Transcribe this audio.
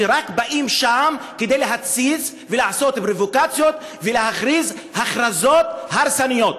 שבאים לשם רק כדי להתסיס ולעשות פרובוקציות ולהכריז הכרזות הרסניות.